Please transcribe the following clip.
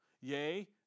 Yea